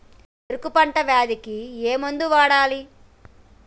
చెరుకు పంట వ్యాధి కి ఏ మందు వాడాలి?